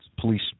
police